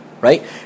right